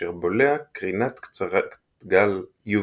אשר בולע קרינת קצרת גל UV-B,